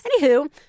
anywho